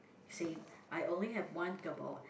same I only have one